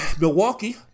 Milwaukee